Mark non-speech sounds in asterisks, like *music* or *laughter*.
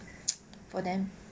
for them *noise*